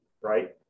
right